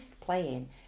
playing